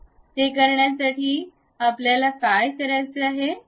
ते करण्यासाठी आपल्याला काय करायचे आहे